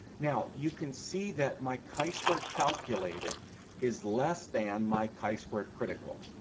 now you can see that my chi-square calculated is less than my chi-square critical.